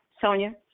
Sonia